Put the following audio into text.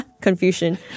Confucian